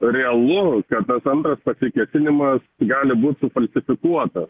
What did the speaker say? realu kad tas antras pasikėsinimas gali būt sufalsifikuotas